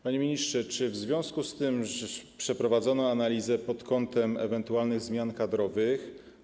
Panie ministrze, czy w związku z tym przeprowadzono analizę pod kątem ewentualnych zmian kadrowych?